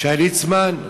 כשהיה ליצמן,